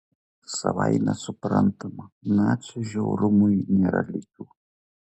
savaime suprantama nacių žiaurumui nėra lygių